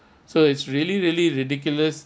so it's really really ridiculous